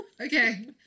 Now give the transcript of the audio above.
Okay